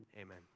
Amen